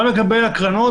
זה גם לגבי הקרנות,